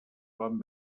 van